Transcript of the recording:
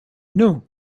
new